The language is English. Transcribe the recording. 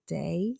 day